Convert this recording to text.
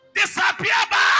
disappear